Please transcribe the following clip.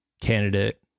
candidate